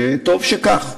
וטוב שכך,